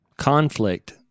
Conflict